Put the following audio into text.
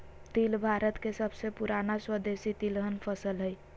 तिल भारत के सबसे पुराना स्वदेशी तिलहन फसल हइ